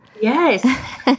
Yes